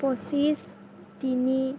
পঁচিছ তিনি